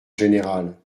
général